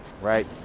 right